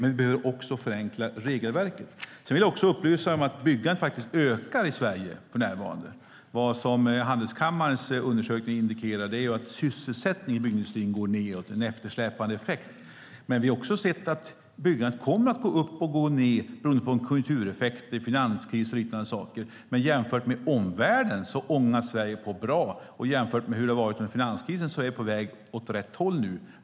Man bör också förenkla regelverket. Sedan vill jag också upplysa om att byggandet för närvarande faktiskt ökar i Sverige. Vad Handelskammarens undersökning indikerar är att sysselsättningen i byggindustrin minskar. Det är en eftersläpande effekt. Men vi har också sett att byggandet kommer att öka och minska beroende på konjunktureffekter, finanskris och liknande. Men jämfört med omvärlden ångar Sverige på bra. Och jämfört med hur det har varit under finanskrisen är vi på väg åt rätt håll nu.